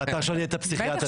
עכשיו נהיית גם פסיכיאטר.